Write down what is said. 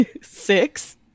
Six